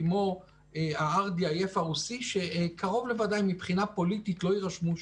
כמו ה-RDIF הרוסי שקרוב לוודאי מבחינה פוליטית לא יירשמו שם.